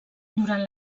durant